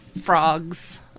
Frogs